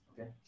Okay